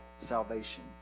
salvation